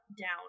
down